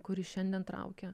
kuri šiandien traukia